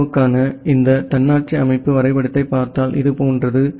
இந்தியாவுக்கான இந்த தன்னாட்சி அமைப்பு வரைபடத்தைப் பார்த்தால் இது போன்றது